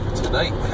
tonight